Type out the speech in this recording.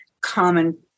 common